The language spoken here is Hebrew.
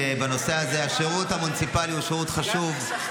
בנושא הזה, השירות המוניציפלי הוא שירות חשוב.